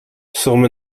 som